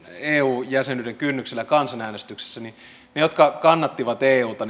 eu jäsenyyden kynnyksellä kansanäänestyksessä ne jotka kannattivat euta